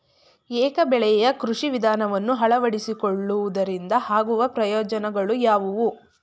ಏಕ ಬೆಳೆಯ ಕೃಷಿ ವಿಧಾನವನ್ನು ಅಳವಡಿಸಿಕೊಳ್ಳುವುದರಿಂದ ಆಗುವ ಪ್ರಯೋಜನಗಳು ಯಾವುವು?